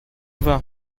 vin